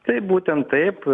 taip būtent taip